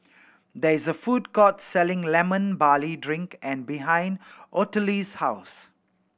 there is a food court selling Lemon Barley Drink and behind Ottilie's house